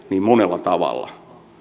monella tavalla